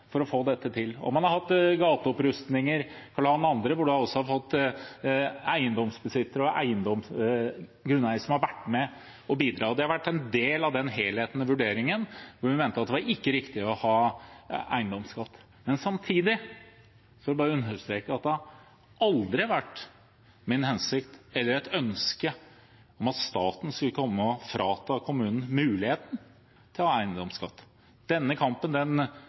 for å få dette til. Man har hatt gateopprustninger der man har fått eiendomsbesittere og grunneiere til å være med og bidra. Det har vært en del av den helhetlige vurderingen hvor vi mente at det ikke var riktig å ha eiendomsskatt. Men samtidig vil jeg understreke at det aldri har vært min hensikt eller et ønske at staten skulle komme og frata kommunen muligheten til å ha eiendomsskatt. Denne kampen